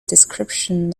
description